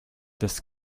this